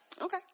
Okay